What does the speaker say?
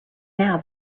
now